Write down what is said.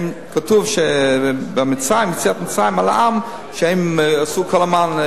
כתוב ביציאת מצרים על העם שהם עשו כל הזמן,